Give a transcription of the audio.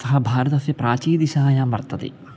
सः भारतस्य प्राचीदिशां वर्तते